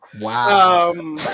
Wow